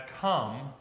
come